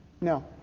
No